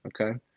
Okay